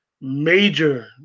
major